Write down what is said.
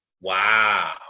Wow